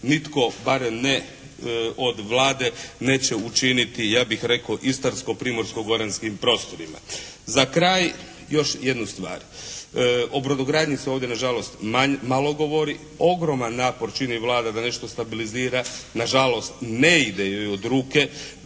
nitko, barem ne od Vlade neće učiniti ja bih rekao Istarsko primorsko-goranskim prostorima. Za kraj još jednu stvar. O brodogradnji se ovdje na žalost malo govori. Ogroman napor čini Vlada da nešto stabilizira. Na žalost ne ide joj od ruke.